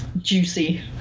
juicy